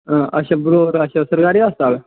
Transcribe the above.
अच्छा बलौर सरकारी अस्ताल